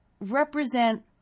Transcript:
represent